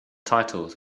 titles